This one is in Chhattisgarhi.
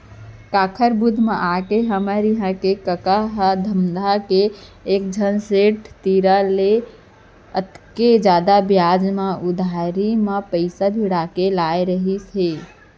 काकर बुध म आके हमर इहां के कका ह धमधा के एकझन सेठ तीर ले अतेक जादा बियाज म उधारी म पइसा भिड़ा के लाय रहिस हे